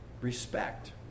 respect